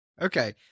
Okay